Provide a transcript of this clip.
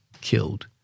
killed